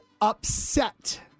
upset